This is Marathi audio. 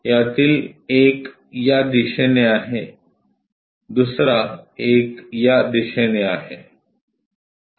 त्यातील एक या दिशेने आहे दुसरा एक या दिशेने आहे आणखी एक या दिशेने आहे